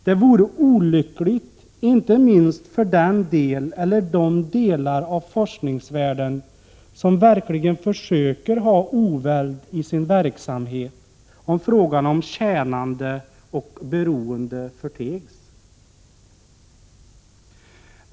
Det vore olyckligt inte minst för den del eller de delar av forskningsvärlden som verkligen försöker ha oväld i sin verksamhet om frågan om tjänande och beroende förtegs.